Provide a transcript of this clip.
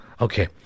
Okay